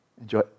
enjoy